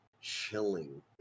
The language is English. chilling